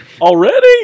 Already